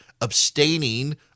abstaining